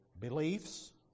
beliefs